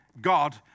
God